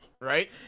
right